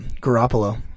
Garoppolo